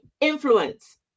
influence